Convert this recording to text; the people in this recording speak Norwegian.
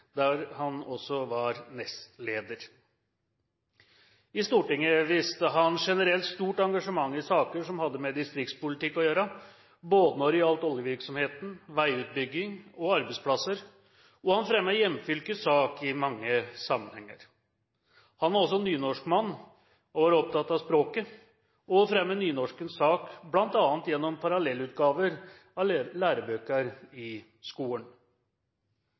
der han også var nestleder. I Stortinget viste han generelt stort engasjement i saker som hadde med distriktspolitikk å gjøre, når det gjaldt både oljevirksomhet, veiutbygging og arbeidsplasser, og han fremmet hjemfylkets sak i mange sammenhenger. Han var også nynorskmann og var opptatt av språket og å fremme nynorskens sak, bl.a. gjennom parallellutgaver av lærebøker i skolen.